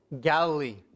Galilee